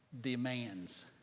demands